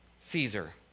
Caesar